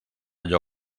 allò